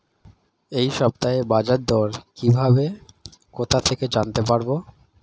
এই সপ্তাহের বাজারদর কিভাবে কোথা থেকে জানতে পারবো?